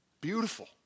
Beautiful